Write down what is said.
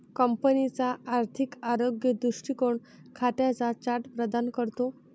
कंपनीचा आर्थिक आरोग्य दृष्टीकोन खात्यांचा चार्ट प्रदान करतो